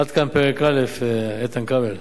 עד כאן פרק א', איתן כבל.